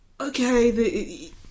okay